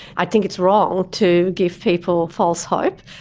i think it's wrong to give people false hope.